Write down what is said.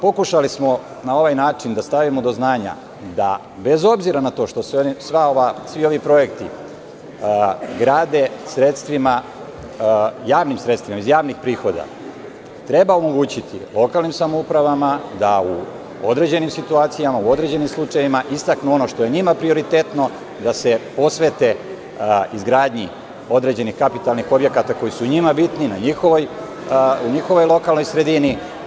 Pokušali smo na ovaj način da stavimo do znanja da bez obzira na to što se svi ovi projekti grade sredstvima iz javnih prihoda, treba omogućiti lokalnim samoupravama da u određenim situacijama, u određenim slučajevima istaknu ono što je njima prioritetno, da se posvete izgradnji određenih kapitalnih objekata koji su njima bitni, u njihovoj lokalnoj sredini.